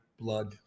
blood